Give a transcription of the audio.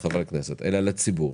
הרשימה לציבור,